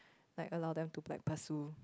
like allow them to like pursue